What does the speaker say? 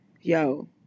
Yo